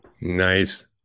Nice